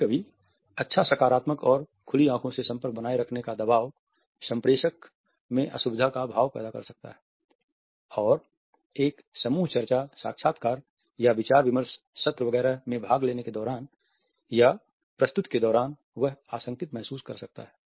कभी कभी अच्छा सकारात्मक और खुली आंखों से संपर्क बनाए रखने का दबाव सम्प्रेसक में असुविधा का भाव पैदा कर सकता है और एक समूह चर्चा साक्षात्कार या विचार विमर्श सत्र वगैरह में भाग लेने के दौरान या प्रस्तुति के दौरान वह आशंकित महसूस कर सकता है